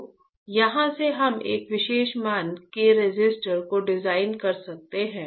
तो यहाँ से हम एक विशेष मान के रेसिस्टर को डिजाइन कर सकते हैं